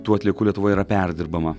tų atliekų lietuvoje yra perdirbama